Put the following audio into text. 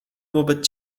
wobec